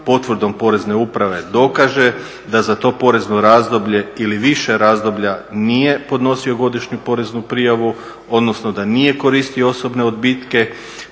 potvrdom porezne uprave dokaže da za to porezno razdoblje ili više razdoblja nije podnosio godišnju poreznu prijavu odnosno da nije koristio osobne odbitke